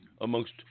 amongst